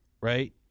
Right